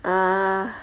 a'ah